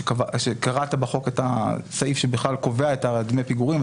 שקראת בחוק את הסעיף שבכלל קובע את דמי הפיגורים.